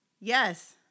Yes